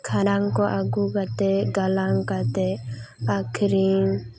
ᱠᱷᱟᱲᱟᱝ ᱠᱚ ᱟᱹᱜᱩ ᱠᱟᱛᱮᱫ ᱜᱟᱞᱟᱝ ᱠᱟᱛᱮᱫ ᱟᱠᱷᱨᱤᱧ